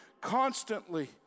constantly